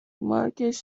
مارکش